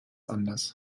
anders